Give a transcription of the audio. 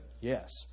Yes